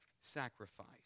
sacrifice